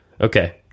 Okay